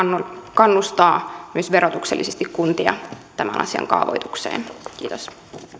kannustaa myös verotuksellisesti kuntia tämän asian kaavoitukseen kiitos